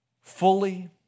Fully